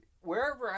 Wherever